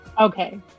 Okay